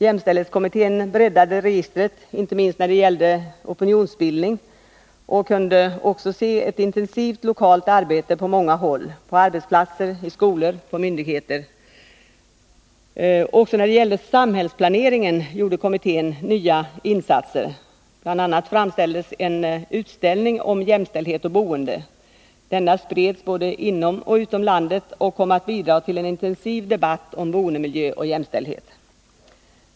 Jämställdhetskommittén breddade registret inte minst när det gällde opinionsbildning och kunde också se ett intensivt lokalt arbete på många håll — på arbetsplatser, i skolor och hos myndigheter. Även när det gäller samhällsplanering gjorde kommittén nya insatser — bl.a. framställdes en utställning om jämställdhet och boende. Denna spreds både inom och utom landet och kom att bidra till en intensiv debatt om boendemiljö och jämställdhet.